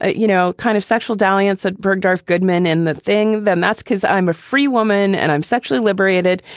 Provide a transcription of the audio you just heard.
you know, kind of sexual dalliance at bergdorf goodman and that thing, then that's because i'm a free woman and i'm sexually liberated.